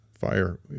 fire